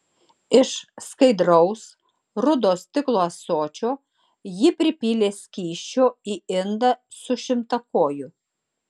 iš skaidraus rudo stiklo ąsočio ji pripylė skysčio į indą su šimtakoju